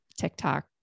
TikTok